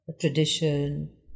tradition